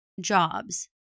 jobs